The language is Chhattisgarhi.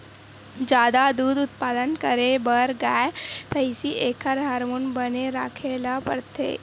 जादा दूद उत्पादन करे बर गाय, भइसी एखर हारमोन बने राखे ल परथे